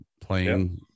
playing